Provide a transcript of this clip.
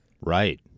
Right